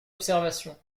observation